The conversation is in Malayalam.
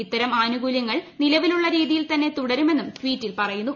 ഇത്തരം ആനുകൂല്യങ്ങൾ നിലവിലുള്ള രീതിയിൽ തന്നെ തുടരുമെന്നും ട്വീറ്റിൽ പറയുന്നു